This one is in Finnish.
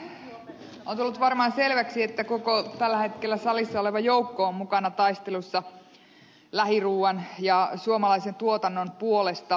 on tullut varmaan selväksi että koko tällä hetkellä salissa oleva joukko on mukana taistelussa lähiruuan ja suomalaisen tuotannon puolesta